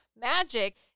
magic